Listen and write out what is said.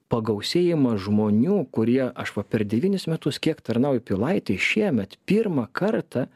pagausėjimas žmonių kurie aš va per devynis metus kiek tarnauju pilaitėj šiemet pirmą kartą